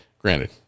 Granted